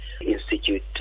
institute